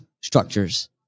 structures